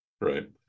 right